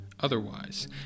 otherwise